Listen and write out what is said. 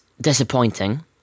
disappointing